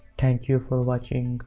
thank you for watching.